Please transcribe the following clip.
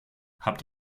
habt